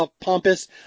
pompous